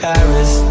Paris